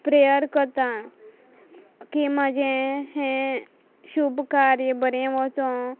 prayer कत्ता की म्हाजें हें शुभ कार्य बरें वोचो